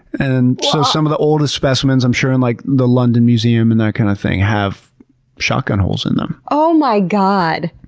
and so some of the oldest specimens i'm sure, in like the london museum and that kind of thing, have shotgun holes in them. oh my god!